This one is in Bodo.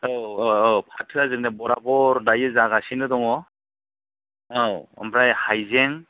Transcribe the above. औ औ औ फाथोआ जोंना बराबर दायो जागासिनो दङ औ ओमफ्राय हाइजें